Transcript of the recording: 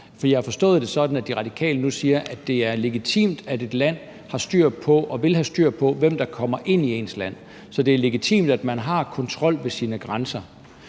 For jeg har forstået det sådan, at De Radikale nu siger, at det er legitimt, at et land har styr på og vil have styr på, hvem der kommer ind i landet. Så det er legitimt, at man har kontrol ved sine grænser.